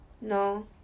no